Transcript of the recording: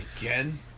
Again